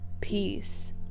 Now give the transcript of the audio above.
peace